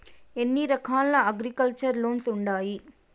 ఎన్ని రకాల agriculture loans ఉండాయి